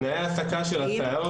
אבל תנאי העסקה של הסייעות,